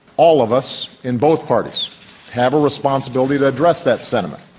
all of us in both parties have a responsibility to address that sentiment.